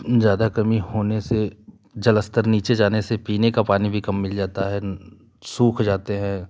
ज्यादा कमी होने से जल स्तर नीचे जाने से पीने का पानी भी काम मिल जाता है सूख जाता है